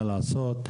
מה לעשות.